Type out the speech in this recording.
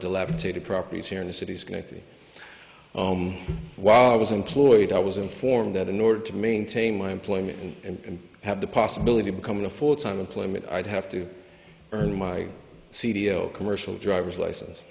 dilapidated properties here in the city's connect me while i was employed i was informed that in order to maintain my employment and have the possibility of becoming a full time employment i'd have to earn my c d o commercial driver's license